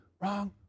wrong